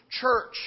church